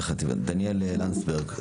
פרופ' דניאל לנדסברגר,